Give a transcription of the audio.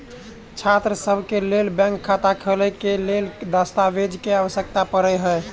छात्रसभ केँ लेल बैंक खाता खोले केँ लेल केँ दस्तावेज केँ आवश्यकता पड़े हय?